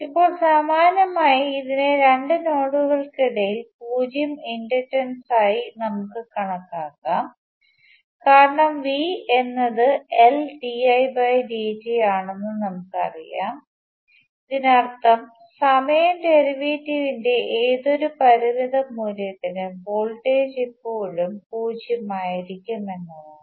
ഇപ്പോൾ സമാനമായി ഇതിനെ രണ്ട് നോഡുകൾക്കിടയിലുള്ള പൂജ്യം ഇൻഡക്റ്റൻസായി നമുക്ക് കണക്കാക്കാം കാരണം V എന്നത് LdIdt ആണെന്ന് നമുക്കറിയാം ഇതിനർത്ഥം സമയ ഡെറിവേറ്റീവിന്റെ ഏതൊരു പരിമിത മൂല്യത്തിനും വോൾട്ടേജ് ഇപ്പോഴും 0 ആയിരിക്കും എന്നാണ്